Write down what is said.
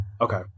Okay